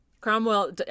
Cromwell